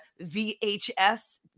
VHS